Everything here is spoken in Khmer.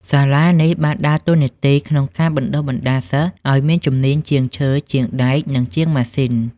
សាលានេះបានដើរតួនាទីក្នុងការបណ្ដុះបណ្ដាលសិស្សឱ្យមានជំនាញជាងឈើ ជាងដែក និងជាងម៉ាស៊ីន។